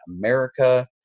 America